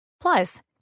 Plus